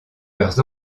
leurs